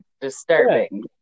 Disturbing